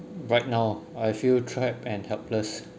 right now I feel trapped and helpless